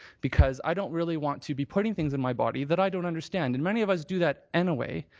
because i don't really want to be putting things in my body that i don't understand. and many of us do that anyway.